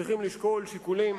צריכים לשקול שיקולים,